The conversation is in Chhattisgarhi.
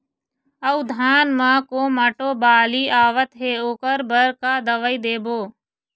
अऊ धान म कोमटो बाली आवत हे ओकर बर का दवई देबो?